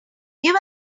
give